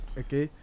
okay